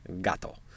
Gato